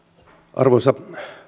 arvoisa